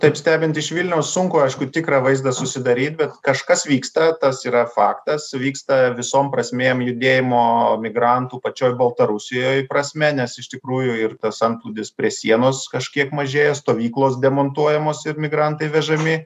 taip stebint iš vilniaus sunku aišku tikrą vaizdą susidaryt bet kažkas vyksta tas yra faktas vyksta visom prasmėm judėjimo migrantų pačioj baltarusijoj prasme nes iš tikrųjų ir tas antplūdis prie sienos kažkiek mažėja stovyklos demontuojamos ir migrantai vežami